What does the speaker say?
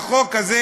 החוק הזה,